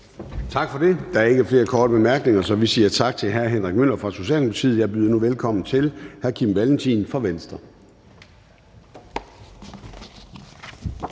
Tak for det. Der er ikke flere korte bemærkninger, så vi siger tak til hr. Alexander Ryle fra Liberal Alliance. Jeg byder nu velkommen til fru Karin Liltorp